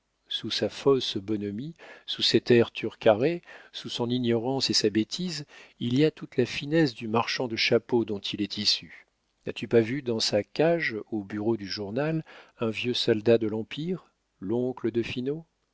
sous sa fausse bonhomie sous cet air turcaret sous son ignorance et sa bêtise il y a toute la finesse du marchand de chapeaux dont il est issu n'as-tu pas vu dans sa cage au bureau du journal un vieux soldat de l'empire l'oncle de